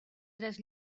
tres